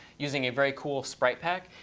using a very cool sprite pack.